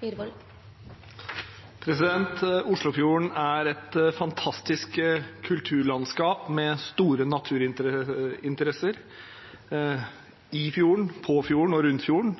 for. Oslofjorden er et fantastisk kulturlandskap med store naturinteresser – i fjorden, på fjorden og rundt fjorden.